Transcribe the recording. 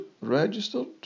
registered